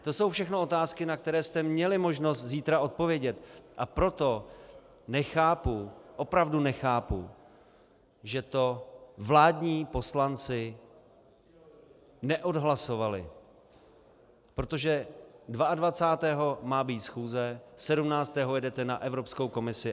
To jsou všechno otázky, na které jste měli možnost zítra odpovědět, a proto nechápu, opravdu nechápu, že to vládní poslanci neodhlasovali, protože dvaadvacátého má být schůze, sedmnáctého jedete na Evropskou komisi.